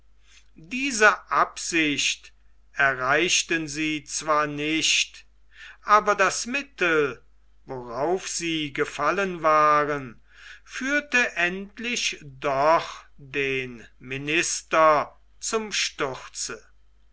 diese absicht erreichten sie zwar nicht aber das mittel worauf sie gefallen waren führte endlich doch den minister zum sturze